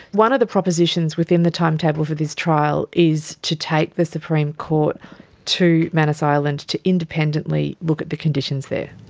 one of the propositions within the timetable for this trial is to take the supreme court to manus island to independently look at the conditions there.